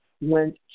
went